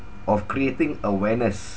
of creating awareness